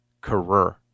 career